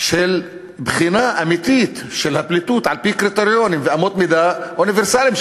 של בחינה אמיתית של הפליטות על-פי קריטריונים ואמות מידה אוניברסליים,